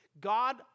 God